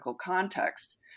context